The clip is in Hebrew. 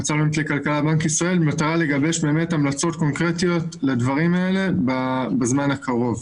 בנק ישראל במטרה לגבש באמת המלצות קונקרטיות לדברים האלה בזמן הקרוב.